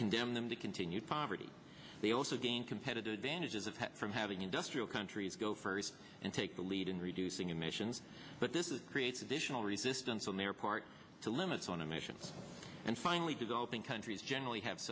condemn them to continue poverty they also deign competitive advantages of from having industrial countries go first and take the lead in reducing emissions but this is creates additional resistance on their part to limits on a mission and finally developing countries generally have